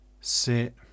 Sit